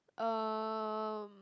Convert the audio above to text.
um